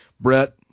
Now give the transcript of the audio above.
Brett